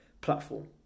platform